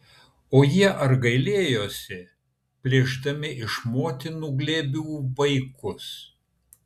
o jie ar gailėjosi plėšdami iš motinų glėbių vaikus